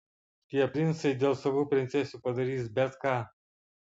tie princai dėl savų princesių padarys bet ką